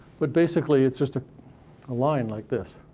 but basically, it's just a line like this.